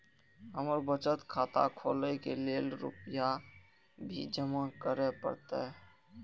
हमर बचत खाता खोले के लेल रूपया भी जमा करे परते?